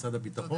משרד הביטחון,